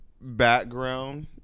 background